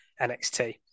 NXT